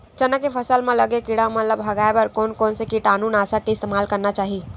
चना के फसल म लगे किड़ा मन ला भगाये बर कोन कोन से कीटानु नाशक के इस्तेमाल करना चाहि?